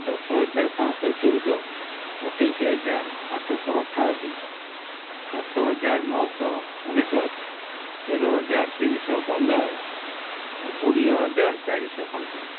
ଦଶ ହଜାର ପାଞ୍ଚ ଶହ ଚଉଦ ଅଠେଇଶ ହଜାର ଆଠ ଶହ ଅଠାଅଶୀ ସାତ ହଜାର ନଶହ ଅନେଶୋତ ତେର ହଜାର ତିନ ଶହ ପନ୍ଦର କୋଡ଼ିଏ ହଜାର ଚାରି ଶହ ଅଣଚାଶ